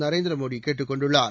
நரேந்திர மோடி கேட்டுக் கொண்டுள்ளார்